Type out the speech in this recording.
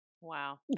Wow